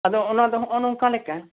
ᱟᱫᱚ ᱚᱱᱟᱫᱚ ᱦᱚᱜᱼᱚ ᱱᱚᱝᱠᱟ ᱞᱮᱠᱟ